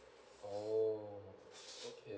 oh okay